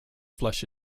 flush